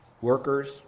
workers